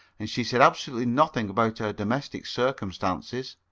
and she said absolutely nothing about her domestic circumstances.